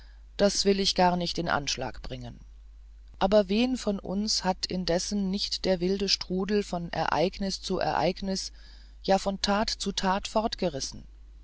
das will ich gar nicht in anschlag bringen aber wen von uns hat indessen nicht der wilde strudel von ereignis zu ereignis ja von tat zu